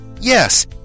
Yes